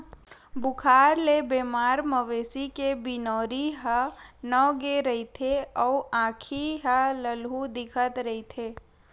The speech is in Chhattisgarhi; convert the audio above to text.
बुखार ले बेमार मवेशी के बिनउरी ह नव गे रहिथे अउ आँखी ह ललहूँ दिखत रहिथे